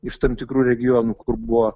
iš tam tikrų regionų kur buvo